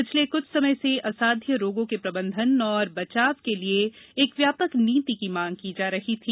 पिछले क्छ समय से असाध्य रोगों के प्रबंधन और बचाव के लिए एक व्यापक नीति की मांग की जा रही थी